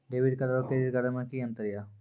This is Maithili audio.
डेबिट कार्ड और क्रेडिट कार्ड मे कि अंतर या?